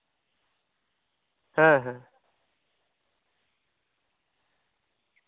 ᱦᱮᱸ ᱦᱮᱸ